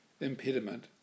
impediment